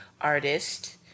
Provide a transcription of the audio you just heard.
artist